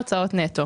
הוצאות נטו".